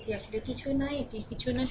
এটি আসলে কিছুই নয় এটি কিছুই নয়